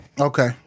Okay